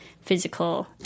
physical